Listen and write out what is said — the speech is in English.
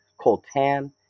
coltan